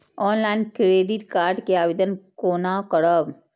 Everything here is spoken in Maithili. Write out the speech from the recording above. ऑनलाईन क्रेडिट कार्ड के आवेदन कोना करब?